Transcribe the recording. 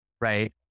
right